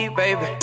baby